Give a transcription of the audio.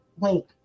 link